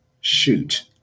Shoot